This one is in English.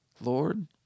Lord